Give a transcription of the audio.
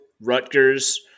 Rutgers